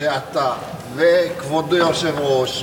שאתה וכבוד היושב-ראש,